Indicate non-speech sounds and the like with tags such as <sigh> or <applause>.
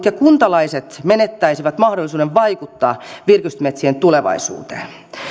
<unintelligible> ja kuntalaiset menettäisivät mahdollisuuden vaikuttaa virkistysmetsien tulevaisuuteen